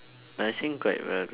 but I sing quite well though